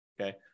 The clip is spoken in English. okay